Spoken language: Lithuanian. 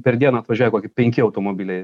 per dieną atvažiuoja koki penki automobiliai